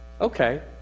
okay